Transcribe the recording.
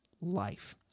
life